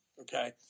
okay